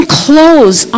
clothes